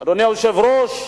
אדוני היושב-ראש,